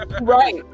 Right